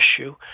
issue